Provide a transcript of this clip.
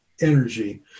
energy